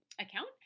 account